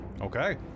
Okay